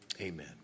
Amen